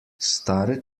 stare